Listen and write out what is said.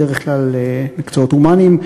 בדרך כלל מקצועות הומניים,